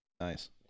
Nice